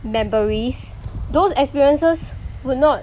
memories those experiences would not